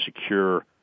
secure